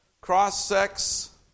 cross-sex